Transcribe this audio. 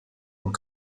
und